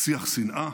שיח שנאה,